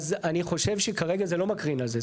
אז אני חושב שכרגע זה לא מקרין על זה.